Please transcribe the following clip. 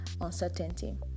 Uncertainty